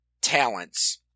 talents